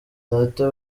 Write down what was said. data